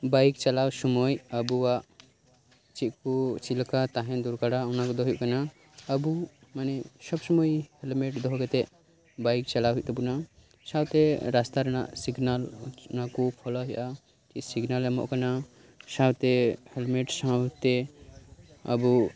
bike ᱪᱟᱞᱟᱣ ᱥᱩᱢᱟᱹᱭ ᱟᱵᱩᱣᱟᱜ ᱪᱮᱫᱠᱩ ᱪᱮᱫᱞᱮᱠᱟ ᱛᱟᱦᱮᱱ ᱫᱚᱨᱠᱟᱨᱟ ᱚᱱᱟᱠᱚᱫᱚ ᱦᱩᱭᱩᱜ ᱠᱟᱱᱟ ᱟ ᱵᱩ ᱢᱟᱱᱮ ᱥᱚᱵ ᱥᱩᱢᱟᱹᱭ ᱦᱮᱞᱢᱮᱴ ᱫᱚᱦᱚ ᱠᱟᱛᱮᱫ ᱵᱟᱭᱤᱠ ᱪᱟᱞᱟᱣ ᱦᱩᱭᱩᱜ ᱛᱟᱵᱩᱱᱟ ᱥᱟᱶᱛᱮ ᱨᱟᱥᱛᱟ ᱨᱮᱱᱟᱜ ᱥᱤᱜᱱᱟᱞ ᱚᱱᱟᱠᱩ ᱯᱷᱚᱞᱚᱭ ᱦᱩᱭᱩᱜᱼᱟ ᱪᱮᱫ ᱥᱤᱜᱱᱟᱞᱮ ᱮᱢᱚᱜ ᱠᱟᱱᱟ ᱥᱟᱶᱛᱮ ᱦᱮᱞᱢᱮᱴ ᱥᱟᱶᱛᱮ ᱟᱵᱩ